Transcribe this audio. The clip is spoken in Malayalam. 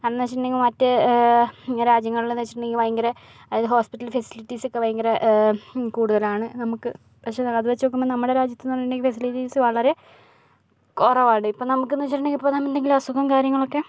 കാരണം എന്ന് വെച്ചിട്ടുണ്ടെങ്കിൽ മറ്റ് രാജ്യങ്ങളില് എന്ന് വെച്ചിട്ടുണ്ടെങ്കിൽ ഭയങ്കര അതായത് ഹോസ്പിറ്റൽ ഫെസിലിറ്റീസ് ഒക്കെ ഭയങ്കര കൂടുതൽ ആണ് നമുക്ക് പക്ഷെ അത് വെച്ച് നോക്കുമ്പോൾ നമ്മുടെ രാജ്യത്ത് എന്ന് പറഞ്ഞിട്ടുണ്ടെങ്കിൽ ഫെസിലിറ്റീസ് വളരെ കുറവാണ് ഇപ്പോൾ നമുക്ക് എന്ന് വെച്ചിട്ടുണ്ടെങ്കിൽ ഇപ്പോൾ എന്തെങ്കിലും അസുഖവും കാര്യങ്ങളൊക്കെ